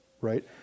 right